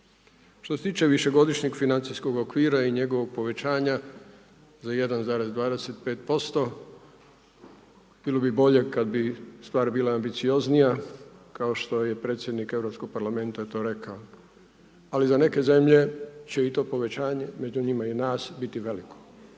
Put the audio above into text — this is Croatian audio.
Što se tiče višegodišnjeg financijskog okvira i njegovog povećanja za 1,25% bilo bi bolje kada bi stvar bila ambicioznija kao što je i predsjednik Europskog parlamenta to rekao ali za neke zemlje će i to povećanje, među njima i nas biti veliko.